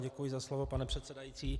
Děkuji za slovo, pane předsedající.